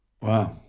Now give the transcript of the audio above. Wow